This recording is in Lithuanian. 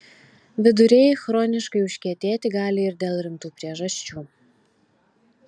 viduriai chroniškai užkietėti gali ir dėl rimtų priežasčių